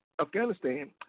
Afghanistan